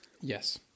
Yes